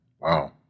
Wow